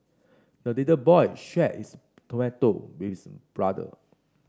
the little boy shared his tomato with brother